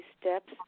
steps